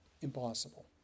Impossible